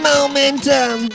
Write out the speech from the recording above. Momentum